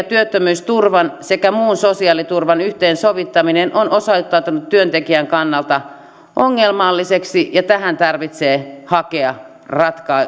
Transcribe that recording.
työttömyysturvan sekä muun sosiaaliturvan yhteensovittaminen on osoittautunut työntekijän kannalta ongelmalliseksi ja tähän tarvitsee hakea